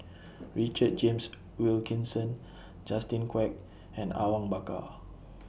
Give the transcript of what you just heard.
Richard James Wilkinson Justin Quek and Awang Bakar